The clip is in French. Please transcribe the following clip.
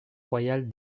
royale